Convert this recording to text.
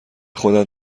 خودت